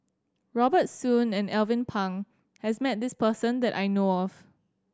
Robert Soon and Alvin Pang has met this person that I know of